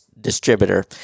distributor